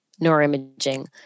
neuroimaging